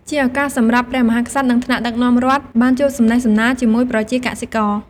ជាឱកាសសម្រាប់ ព្រះមហាក្សត្រ និងថ្នាក់ដឹកនាំរដ្ឋ បានជួបសំណេះសំណាលជាមួយប្រជាកសិករ។